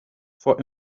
for